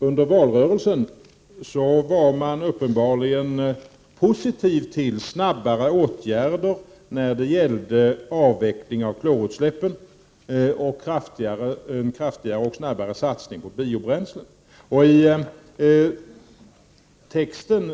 Under valrörelsen var moderaterna uppenbarligen positiva till snabba åtgärder när det gällde avveckling av klorutsläppen och kraftigare och snabbare satsning på biobränsle.